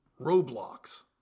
Roblox